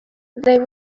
they